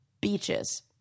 beaches